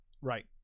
Right